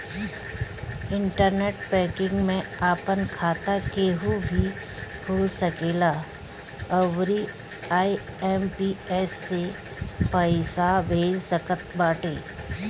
internet banking में आपन खाता केहू भी खोल सकेला अउरी आई.एम.पी.एस से पईसा भेज सकत बाटे